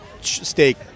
steak